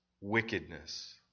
wickedness